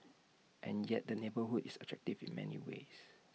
and yet the neighbourhood is attractive in many ways